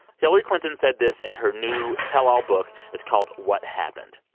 hillary clinton said this in her new tell-all book. it's called what happened.